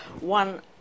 One